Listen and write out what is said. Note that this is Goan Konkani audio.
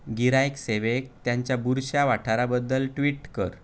गिरायक सेवेक तांच्या बुरश्या वाठाराबद्दल ट्वीट कर